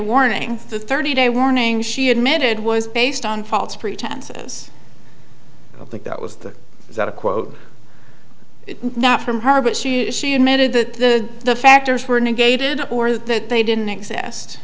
warning the thirty day warning she admitted was based on false pretenses but that was not a quote not from her but she she admitted that the factors were negated or that they didn't exist